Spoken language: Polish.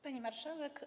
Pani Marszałek!